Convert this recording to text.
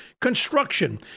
construction